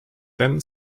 then